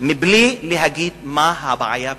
בלי להגיד מה הבעיה באמת.